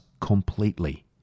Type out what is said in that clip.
completely